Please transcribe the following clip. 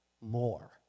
more